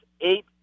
eight